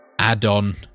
add-on